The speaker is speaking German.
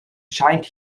scheint